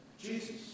Jesus